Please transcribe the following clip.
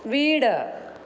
വീട്